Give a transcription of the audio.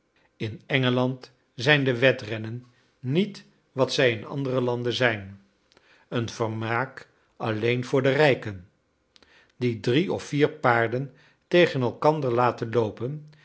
in engeland zijn de wedrennen niet wat zij in andere landen zijn een vermaak alleen voor de rijken die drie of vier paarden tegen elkander laten loopen